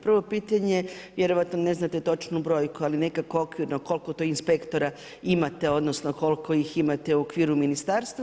Prvo pitanje vjerojatno ne znate točnu brojku ali nekako okvirno koliko to inspektora imate, odnosno koliko ih imate u okviru ministarstva.